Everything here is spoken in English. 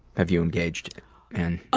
have you engaged and